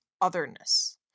otherness